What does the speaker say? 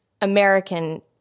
American